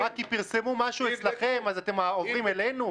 מה, כי פרסמו משהו אצלכם, אז אתם עוברים אלינו?